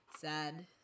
sad